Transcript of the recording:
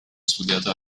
studiato